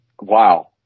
Wow